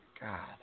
God